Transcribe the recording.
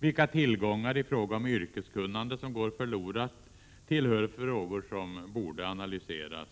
Vilka tillgångar i fråga om yrkeskunnande som går förlorade tillhör frågor som borde analyseras.